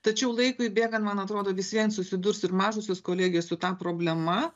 tačiau laikui bėgant man atrodo vis vien susidurs ir mažosios kolegijos su ta problema